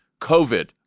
COVID